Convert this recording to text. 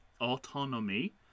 autonomy